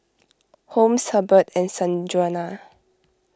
Holmes Herbert and Sanjuana